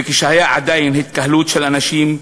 וכשעדיין הייתה התקהלות של אנשים,